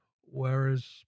Whereas